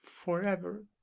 forever